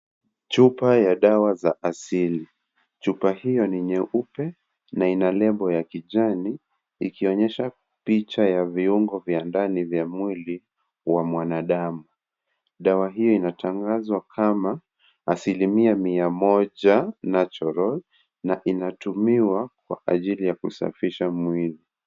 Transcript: Chupa ya dawa za asili, chupa hio ni nyeupe, na ina lembo ya kijani, ikionyesha picha ya viungo vya ndani vya mwili, wa mwanadamu, dawa hii inatangazwa kama, asilimia mia moja, (cs) natural(cs), na inatumiwa kwa ajili ya kusafisha mwili.